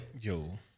Yo